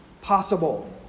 possible